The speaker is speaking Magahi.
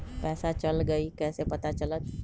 पैसा चल गयी कैसे पता चलत?